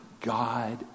god